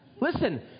Listen